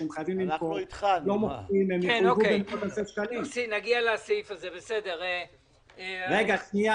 אין להם כסף, הוא עדיין לא